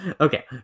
Okay